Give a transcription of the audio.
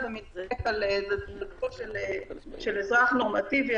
מתדפקים על דלתו של אזרח נורמטיבי.